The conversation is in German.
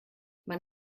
man